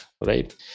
right